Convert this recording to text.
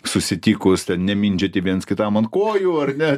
susitikus nemindžioti viens kitam ant kojų ar ne